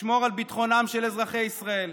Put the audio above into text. לשמור על ביטחונם של אזרחי ישראל.